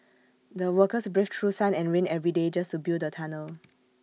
the workers braved through sun and rain every day just to build the tunnel